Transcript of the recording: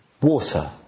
water